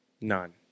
None